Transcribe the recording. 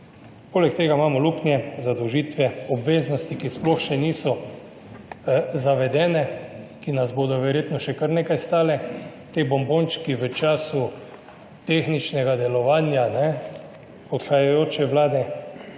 Poleg tega imamo luknje, zadolžitve, obveznosti, ki sploh še niso zavedene, ki nas bodo verjetno še kar nekaj stale, ti bombončki v času tehničnega delovanja odhajajoče vlade.